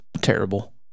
terrible